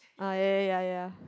ah ya ya ya ya